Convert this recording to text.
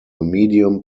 medium